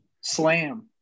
Slam